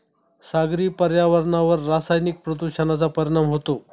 सागरी पर्यावरणावर रासायनिक प्रदूषणाचा परिणाम होतो